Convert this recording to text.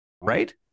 right